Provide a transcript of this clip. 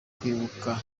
kwibuka